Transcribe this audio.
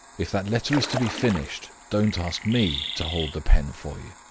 if that letter is to be finished, don't ask me to hold the pen for you.